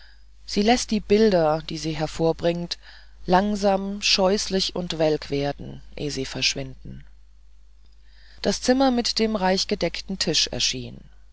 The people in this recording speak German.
sie läßt die bilder die sie hervorbringt langsam scheußlich und welk werden eh sie verschwinden das zimmer mit dem reichgedeckten tisch erschien